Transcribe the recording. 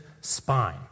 spine